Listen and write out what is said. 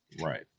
right